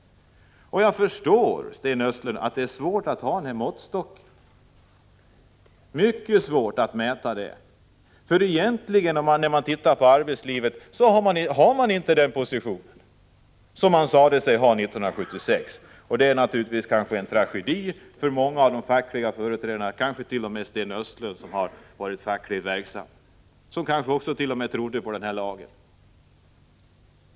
Jag förstår, Sten Östlund, att det är mycket svårt att mäta med den måttstocken. Egentligen har man inte den positionen i arbetslivet som man sade sig ha 1976, och det är naturligtvis en tragedi för många av de fackliga företrädarna — kanske t.o.m. för Sten Östlund, som har varit fackligt verksam och kanske t.o.m. trodde på den här lagen.